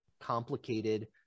complicated